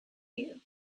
you